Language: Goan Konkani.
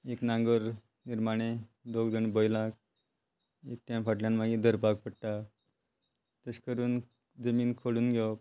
एक नांगर निर्माणे दोग जाण बैलांक एकट्यान फाटल्यान मागीर धरपाक पडटा ते करून जमीन खोडून घेवप